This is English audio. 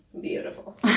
beautiful